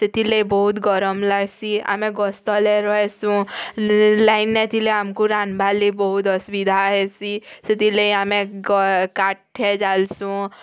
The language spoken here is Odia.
ସେଥିର୍ ଲାଗି ବହୁତ୍ ଗରମ୍ ଲାଗ୍ସି ଆମେ ଗଛ ତଲେ ରହିସୁଁ ଲାଇନ୍ ନ ଥିଲେ ଆମ୍କୁ ରାନ୍ଧ୍ବା ଲାଗି ବହୁତ୍ ଅସୁବିଧା ହେସି ସେଥିର୍ ଲାଗି ଆମେ କାଠେ ଜାଲ୍ସୁଁ